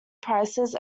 prices